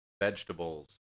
vegetables